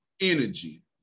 energy